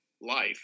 life